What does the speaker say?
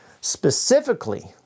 specifically